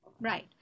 Right